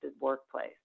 workplace